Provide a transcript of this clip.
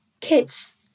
Kids